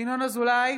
ינון אזולאי,